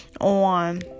on